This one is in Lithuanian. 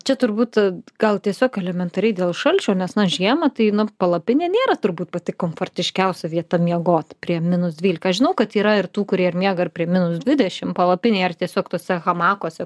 čia turbūt gal tiesiog elementariai dėl šalčio nes na žiemą tai nu palapinė nėra turbūt pati komfortiškiausia vieta miegot prie minus dvylika aš žinau kad yra ir tų kurie miega ir prie minus dvidešim palapinėj ar tiesiog tuose hamakuose